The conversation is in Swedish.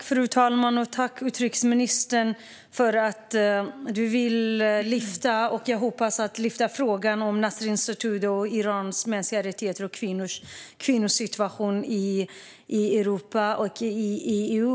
Fru talman! Tack, utrikesministern, för att du vill ta upp frågan om Nasrin Sotoudeh, mänskliga rättigheter i Iran och kvinnors situation i Europa och EU!